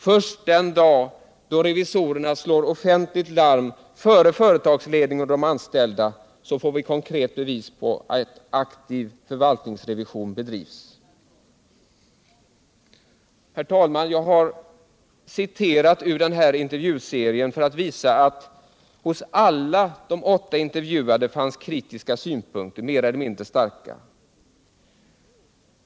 —-—- Först den dag då revisorerna slår offentligt larm före företagsledningen och/eller de anställda så får vi konkret bevis på att aktiv förvaltningsrevision bedrivs.” Herr talman! Jag har citerat ur den här intervjuserien för att visa att det hos alla de åtta intervjuade fanns kritiska synpunkter, mer eller mindre starka.